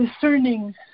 discerning